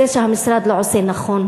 היא שהמשרד לא עושה נכון.